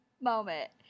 moment